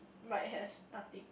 right has nothing